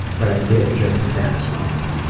but i did, just to satisfy her.